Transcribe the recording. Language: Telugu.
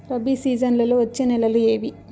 రబి సీజన్లలో వచ్చే నెలలు ఏవి?